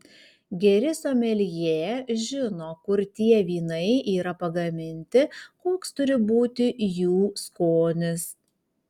geri someljė žino kur tie vynai yra pagaminti koks turi būti jų skonis